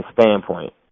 standpoint